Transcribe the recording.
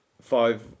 five